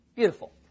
Beautiful